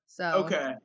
Okay